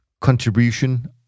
contribution